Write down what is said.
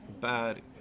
bad